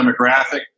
demographic